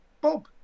Bob